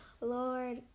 Lord